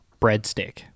breadstick